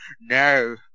no